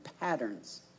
patterns